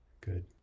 Good